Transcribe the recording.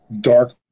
dark